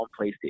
PlayStation